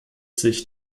sich